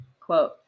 quote